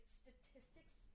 statistics